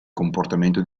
comportamento